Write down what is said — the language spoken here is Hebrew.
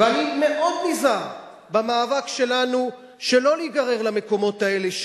ואני מאוד נזהר במאבק שלנו שלא להיגרר למקומות האלה,